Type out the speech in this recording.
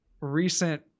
recent